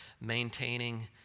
maintaining